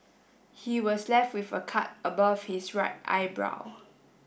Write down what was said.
he was left with a cut above his right eyebrow